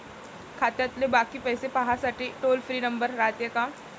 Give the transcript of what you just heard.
खात्यातले बाकी पैसे पाहासाठी टोल फ्री नंबर रायते का?